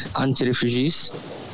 anti-refugees